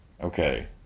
okay